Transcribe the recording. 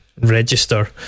Register